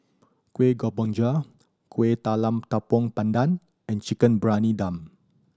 Kueh Kemboja Kueh Talam Tepong Pandan and Chicken Briyani Dum